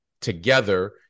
together